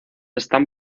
están